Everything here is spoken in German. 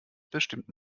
bestimmt